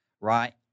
right